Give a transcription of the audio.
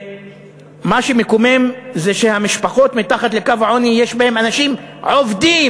ומה שמקומם זה שמשפחות מתחת לקו העוני יש בהן אנשים עובדים,